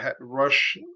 rush